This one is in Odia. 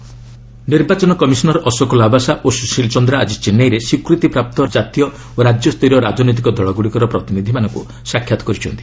ଇସି ଚେନ୍ନାଇ ନିର୍ବାଚନ କମିଶନର ଅଶୋକ ଲାବାସା ଓ ସୁଶୀଲ ଚନ୍ଦ୍ରା ଆଜି ଚେନ୍ନାଇରେ ସ୍ୱୀକୃତିପ୍ରାପ୍ତ ଓ ରାଜ୍ୟସ୍ତରୀୟ ରାଜନୈତିକ ଦଳଗୁଡିକର ପ୍ରତିନିଧିମାନଙ୍କୁ ସାକ୍ଷାତ କରିଛନ୍ତି